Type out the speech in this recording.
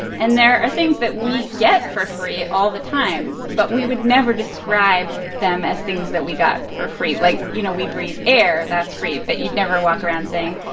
and there are things that we get for free all the time, but we would never describe them as things that we got for free. like, you know, we breathe air. that's free, but you'd never walk around saying,